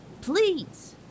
please